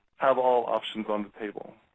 have all options on the table.